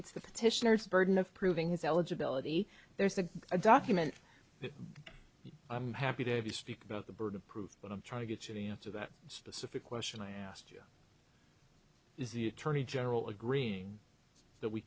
it's the petitioner it's burden of proving his eligibility there's a document i'm happy to have you speak about the birth of proof but i'm trying to get you to answer that specific question i asked you is the attorney general agreeing that we